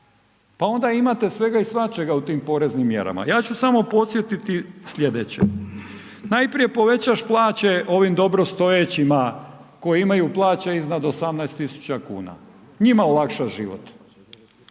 pa onda imate svega i svačega u tim poreznim mjerama. Ja ću samo podsjetiti sljedeće, najprije povećaš plaće ovim dobrostojećima koji imaju plaće iznad 18.000 kuna, njima olakšaš život,